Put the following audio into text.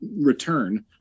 return